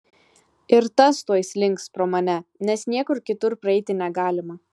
ir tas tuoj slinks pro mane nes niekur kitur praeiti negalima